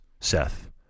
Seth